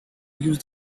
use